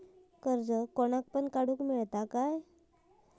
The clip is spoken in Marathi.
कर्ज कोणाक पण काडूक मेलता काय?